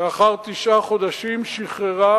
לאחר תשעה חודשים, שחררה